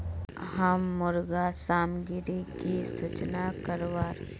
हम मुर्गा सामग्री की सूचना करवार?